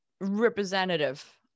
representative